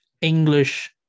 english